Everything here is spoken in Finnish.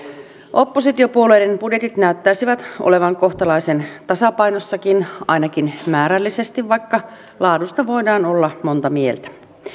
oppositiopuolueiden budjetit näyttäisivät olevan kohtalaisen tasapainossakin ainakin määrällisesti vaikka laadusta voidaan olla montaa mieltä